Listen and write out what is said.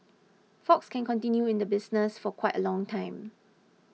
fox can continue in the business for quite a long time